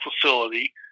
facility